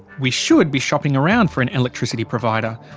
we should be shopping around for an electricity provider,